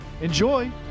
enjoy